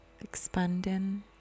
expanding